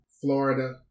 Florida